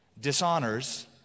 dishonors